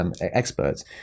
experts